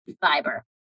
fiber